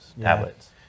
tablets